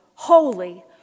holy